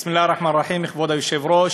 בסם אללה א-רחמאן א-רחים, לכבוד היושב-ראש.